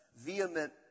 vehement